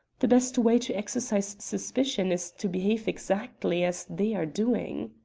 the best way to excite suspicion is to behave exactly as they are doing.